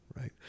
right